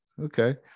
Okay